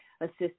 assist